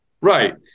Right